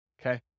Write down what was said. Okay